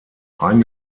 ein